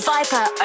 Viper